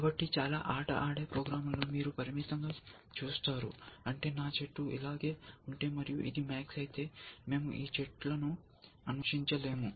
కాబట్టి చాలా ఆట ఆడే ప్రోగ్రామ్లలో మీరు పరిమితంగా చూస్తారు అంటే నా చెట్టు ఇలాగే ఉంటే మరియు ఇది MAX అయితే మేము ఈ చెట్లను అన్వేషించలేము